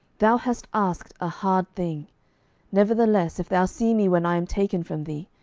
thou hast asked a hard thing nevertheless, if thou see me when i am taken from thee,